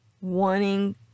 wanting